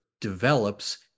develops